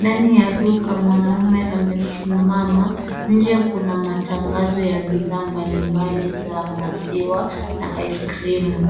ndani ya duka mwanamume amesimama, nje kuna matangazo ya bidhaa mbalimbali za maziwa na aisikirimu .